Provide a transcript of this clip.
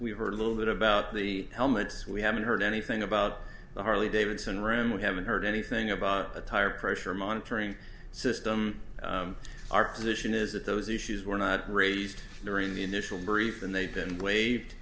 we've heard a little bit about the helmets we haven't heard anything about the harley davidson room we haven't heard anything about a tire pressure monitoring system our position is that those issues were not raised during the initial brief and they've been waived